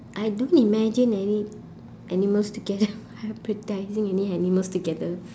I don't imagine any animals together hybridizing any animals together